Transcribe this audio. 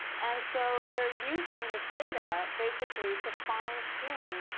and so they're using this data basically to fine tune,